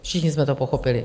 Všichni jsme to pochopili.